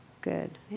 Good